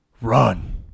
Run